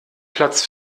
platz